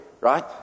right